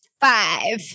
Five